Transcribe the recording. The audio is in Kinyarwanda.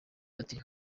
ati